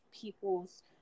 people's